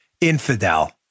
Infidel